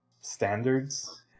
standards